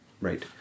right